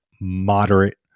moderate